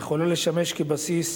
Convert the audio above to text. יכולה לשמש בסיס